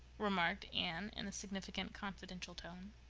remarked anne, in a significant, confidential tone,